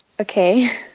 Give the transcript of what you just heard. Okay